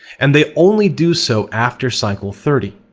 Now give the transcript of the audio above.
and they only do so after cycle thirty.